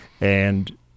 And-